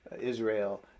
Israel